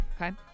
Okay